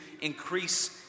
increase